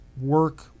work